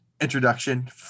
introduction